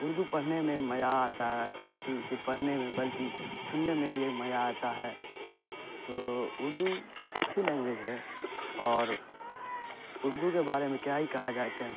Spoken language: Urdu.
اردو پڑھنے میں مزہ آتا ہے نہ کہ صرف پڑھنے میں بلکہ سننے میں بھی ایک مزہ آتا ہے تو اردو اچھی لینگویج ہے اور اردو کے بارے میں کیا ہی کہا جائے کیا